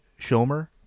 Shomer